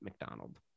McDonald